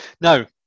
Now